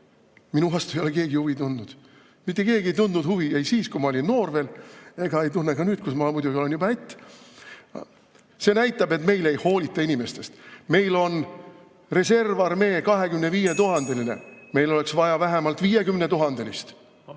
Minu vastu ei ole keegi huvi tundnud. Mitte keegi ei tundnud huvi ei siis, kui ma olin noor veel, ega ei tunne ka nüüd, kus ma muidugi olen juba ätt. See näitab, et meil ei hoolita inimestest. Meil on reservarmee 25 000‑line, meil oleks vaja vähemalt 50 000‑list,